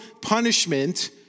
punishment